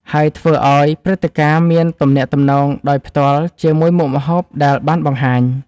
ហើយធ្វើឲ្យព្រឹត្តិការណ៍មានទំនាក់ទំនងដោយផ្ទាល់ជាមួយមុខម្ហូបដែលបានបង្ហាញ។